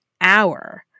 hour